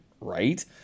right